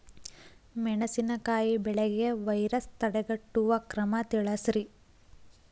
ಮೆಣಸಿನಕಾಯಿ ಬೆಳೆಗೆ ವೈರಸ್ ತಡೆಗಟ್ಟುವ ಕ್ರಮ ತಿಳಸ್ರಿ